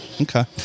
okay